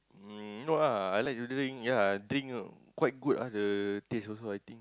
no ah I like to drink ya I drink quite good ah the taste also I think